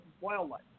wildlife